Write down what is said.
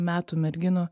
metų merginų